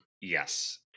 Yes